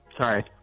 Sorry